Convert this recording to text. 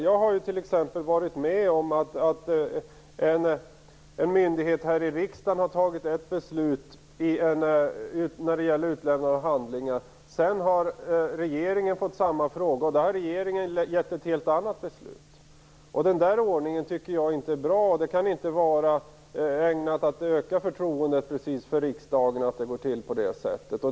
Jag var varit med om att en myndighet här i riksdagen har fattat ett beslut när det gäller utlämnande av handlingar, men sedan har regeringen fattat ett helt annat beslut i samma fråga. Den ordningen är inte bra. Det kan inte vara ägnat att precis öka förtroendet för riksdagen att det går till på det sättet.